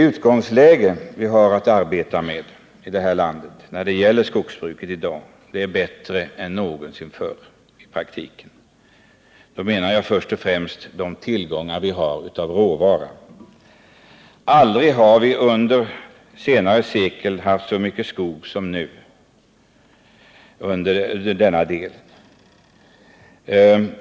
Utgångsläget för skogsbruket i det här landet är i dag bättre än någonsin förr. Jag tänker då först och främst på råvarutillgångarna. Aldrig tidigare under detta sekel har vi haft så mycket skog som nu.